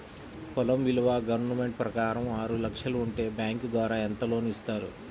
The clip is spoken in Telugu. పొలం విలువ గవర్నమెంట్ ప్రకారం ఆరు లక్షలు ఉంటే బ్యాంకు ద్వారా ఎంత లోన్ ఇస్తారు?